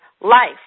life